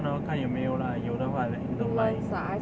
去看 lor 看有没有 lah 有的话 then don't mind